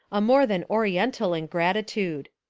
a more than oriental ingratitude.